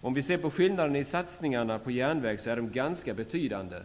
Om vi ser på skillnaderna i satsningar på järnväg, finner vi att de är ganska betydande.